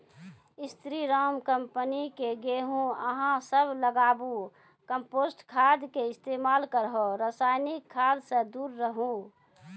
स्री Ram company के गेहूँ अहाँ सब लगाबु कम्पोस्ट खाद के इस्तेमाल करहो रासायनिक खाद से दूर रहूँ?